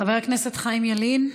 חבר הכנסת חיים ילין.